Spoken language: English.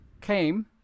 came